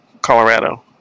Colorado